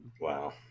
Wow